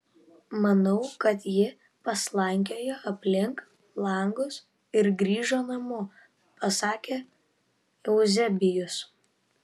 manau kad ji paslankiojo aplink langus ir grįžo namo pasakė euzebijus